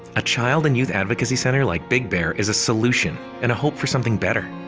a child and youth advocacy centre like big bear is a solution and a hope for something better.